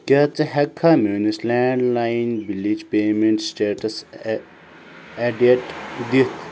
کیٛاہ ژٕ ہیٚکہِ کھا میٛٲنِس لینٛڈ لایِن بِلچ پیمیٚنٛٹ سِٹیٹَس ایٚڈِٹ دِتھ